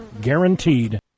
guaranteed